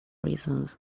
reasons